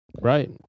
Right